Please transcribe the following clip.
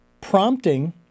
prompting